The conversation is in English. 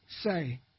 say